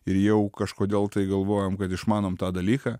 ir jau kažkodėl tai galvojam kad išmanom tą dalyką